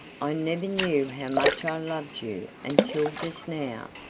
i never knew how much i loved you until just now,